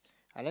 I like